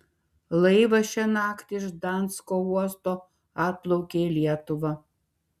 laivas šią naktį iš gdansko uosto atplaukė į lietuvą